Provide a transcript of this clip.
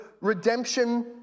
redemption